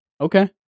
Okay